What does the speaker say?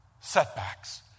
setbacks